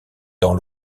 dans